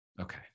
Okay